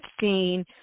seen